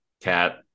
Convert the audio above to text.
cat